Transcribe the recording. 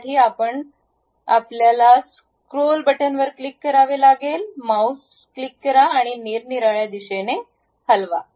त्यासाठी आपण आपल्या स्क्रोल बटणावर क्लिक करा माउस क्लिक करा आणि निरनिराळ्या दिशेने हलवा